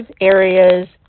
areas